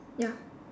ya